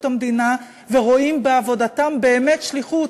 המדינה ורואים בעבודתם באמת שליחות,